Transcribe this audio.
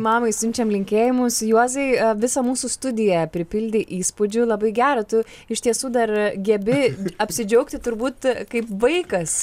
mamai siunčiam linkėjimus juozai visą mūsų studiją pripildei įspūdžių labai gera tu iš tiesų dar gebi apsidžiaugti turbūt kaip vaikas